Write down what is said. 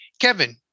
Kevin